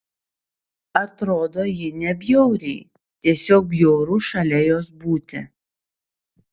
atrodo ji nebjauriai tiesiog bjauru šalia jos būti